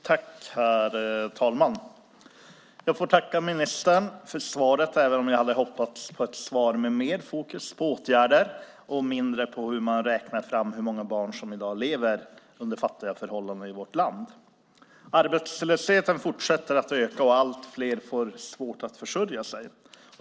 Herr talman! Jag tackar ministern för svaret även om jag hade hoppats på ett svar med mer fokus på åtgärder och mindre på hur man räknar fram hur många barn som i dag lever under fattiga förhållanden i vårt land. Arbetslösheten fortsätter att öka, och allt fler får svårt att försörja sig.